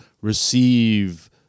receive